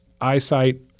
eyesight